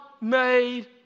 made